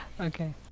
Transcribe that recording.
Okay